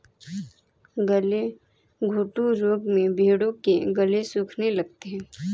गलघोंटू रोग में भेंड़ों के गले सूखने लगते हैं